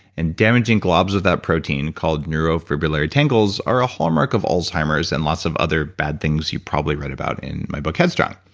and damaging globs that protein called neurofibrillary tangles are a hallmark of alzheimer's and lots of other bad things you've probably read about in my book, headstrong.